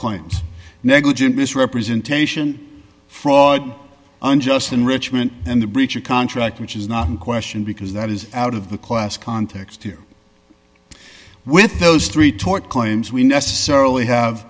claims negligent misrepresentation fraud unjust enrichment and the breach of contract which is not in question because that is out of the class context here with those three tort claims we necessarily have